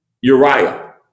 Uriah